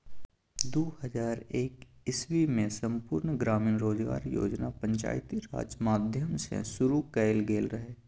दु हजार एक इस्बीमे संपुर्ण ग्रामीण रोजगार योजना पंचायती राज माध्यमसँ शुरु कएल गेल रहय